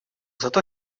зато